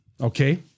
okay